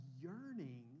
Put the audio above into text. yearning